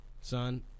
son